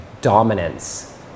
dominance